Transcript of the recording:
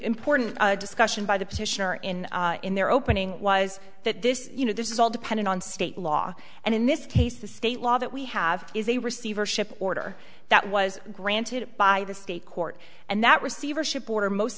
important discussion by the petitioner in in their opening was that this you know this is all dependent on state law and in this case the state law that we have is a receivership order that was granted by the state court and that receivership order most